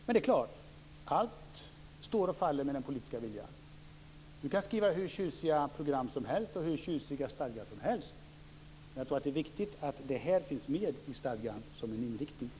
Men det är klart att allt står och faller med den politiska viljan. Man kan skriva hur tjusiga program och hur tjusiga stadgar som helst, men jag tror att det är viktigt att detta finns med som en inriktning i stadgan.